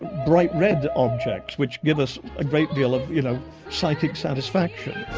bright red objects which give us a great deal of you know psychic satisfaction.